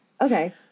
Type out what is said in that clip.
okay